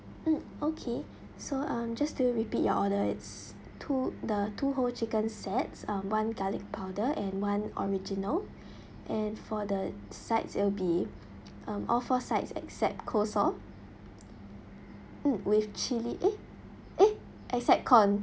mm okay so um just to repeat your order it's two the two whole chicken sets um one garlic powder and one original and for the sides it will be um all four sides except coleslaw mm with chilli eh eh except corn